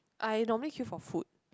I normally queue for food